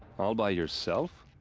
all by yourself?